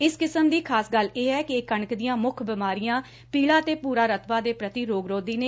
ਇਸ ਕਿਸਮ ਦੀ ਖਾਸ ਗੱਲ ਇਹ ਏ ਕਿ ਇਹ ਕਣਕ ਦੀਆ ਮੁੱਖ ਬਿਮਾਰੀਆ ਪੀਲਾ ਤੇ ਭੁਰਾ ਰਤਵਾ ਦੇ ਪ੍ਰਤੀ ਰੋਗਰੋਧੀ ਨੇ